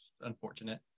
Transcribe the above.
unfortunate